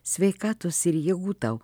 sveikatos ir jėgų tau